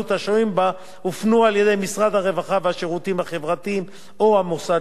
הופנו על-ידי משרד הרווחה והשירותים החברתיים או המוסד לביטוח לאומי.